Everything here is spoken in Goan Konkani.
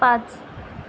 पांच